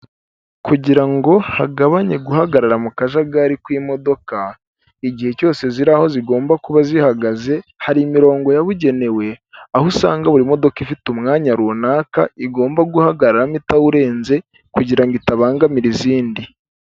Kugira ngo hagabanye guhagarara mu kajagari kw'imodoka igihe cyose ziri aho zigomba kuba zihagaze hari imirongo yabugenewe aho usanga buri modoka ifite umwanya runaka igomba guhagararamo itawurenze kugira ngo itabangamira izindi.